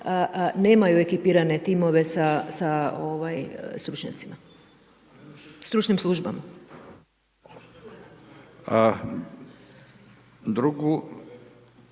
nemaju ekipirane timove sa stručnjacima, stručnim službama. **Radin,